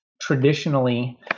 traditionally